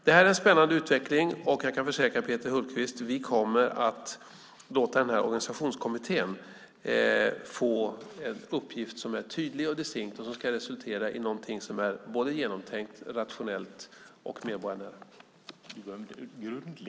Det är en spännande utveckling, och jag kan försäkra Peter Hultqvist om att vi kommer att låta Organisationskommittén få en uppgift som är tydlig och distinkt och som ska resultera i någonting som är både genomtänkt, rationellt och medborgarnära.